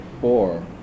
four